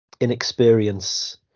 inexperience